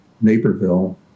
Naperville